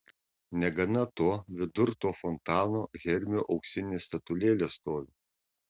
negana to vidur to fontano hermio auksinė statulėlė stovi